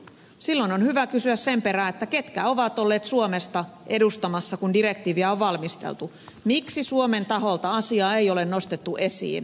silloin on hyvä kysyä sen perään ketkä ovat olleet suomesta edustamassa kun direktiiviä on valmisteltu miksi suomen taholta asiaa ei ole nostettu esiin